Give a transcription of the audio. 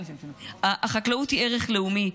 החקלאות היא ערך לאומי.